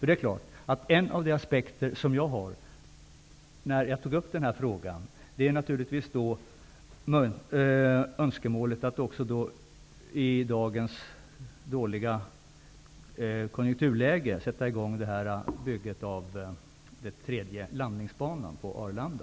En av de utgångspunkter som jag hade när jag tog upp denna fråga var önskemålet att i dagens dåliga konjunkturläge sätta i gång bygget av den tredje landningsbanan på Arlanda.